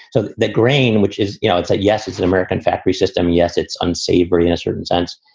so that grain, which is you know, it's like, yes, it's an american factory system. yes. it's unsavory in a certain sense.